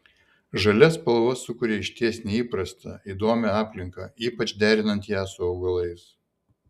žalia spalva sukuria išties neįprastą įdomią aplinką ypač derinant ją su augalais